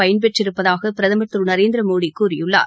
பயன்பெற்றிருப்பதாக பிரதம் திரு நரேந்திரமோடி கூறியுள்ளார்